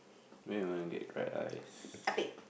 then you wanna get dried ice